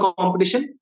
competition